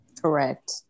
Correct